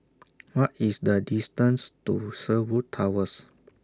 What IS The distance to Sherwood Towers